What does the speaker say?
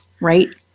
right